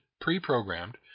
pre-programmed